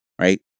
right